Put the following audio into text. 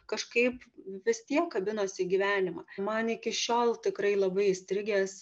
kažkaip vis tiek kabinosi į gyvenimą man iki šiol tikrai labai įstrigęs